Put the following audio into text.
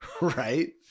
Right